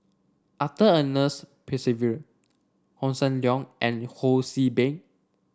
Arthur Ernest Percival Hossan Leong and Ho See Beng